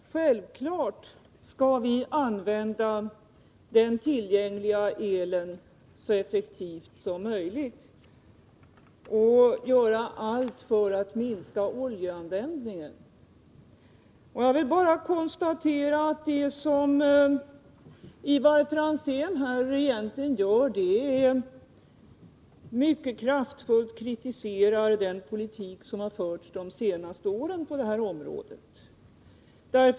Herr talman! Självfallet skall vi använda den tillgängliga elen så effektivt som möjligt och göra allt för att minska oljeanvändningen. Jag vill bara konstatera att det som Ivar Franzén här gör egentligen är att mycket kraftfullt kritisera den politik som har förts de senaste åren på detta område.